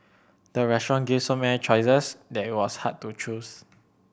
the restaurant gave so many choices that it was hard to choose